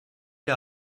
der